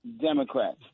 Democrats